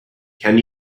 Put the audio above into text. can